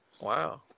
Wow